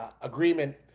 agreement